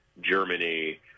Germany